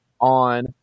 on